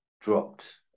dropped